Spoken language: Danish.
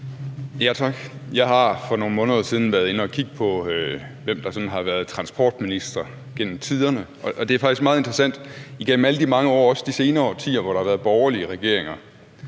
Tak. Jeg har for nogle måneder siden været inde og kigge på, hvem der har været transportministre gennem tiderne, og det er faktisk meget interessant, for igennem de mange år og også de senere årtier, hvor der har været borgerlige regeringer,